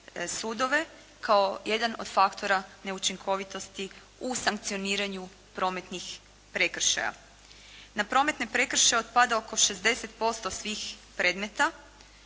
sudove kao jedan od faktora neučinkovitosti u sankcioniranju prometnih prekršaja. Na prometne prekršaje otpada oko 60% svih predmeta,